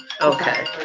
Okay